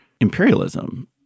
imperialism